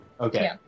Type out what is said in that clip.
Okay